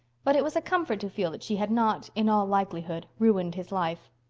but it was a comfort to feel that she had not, in all likelihood, ruined his life.